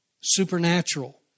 Supernatural